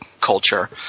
culture